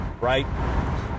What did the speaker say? right